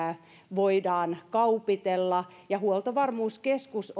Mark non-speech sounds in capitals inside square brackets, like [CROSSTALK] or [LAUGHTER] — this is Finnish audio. voidaan kaupitella ja huoltovarmuuskeskus [UNINTELLIGIBLE]